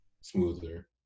smoother